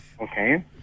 Okay